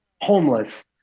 homeless